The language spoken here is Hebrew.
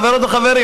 חברות וחברים.